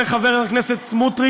המשא-ומתן הזה, חבר הכנסת סמוטריץ,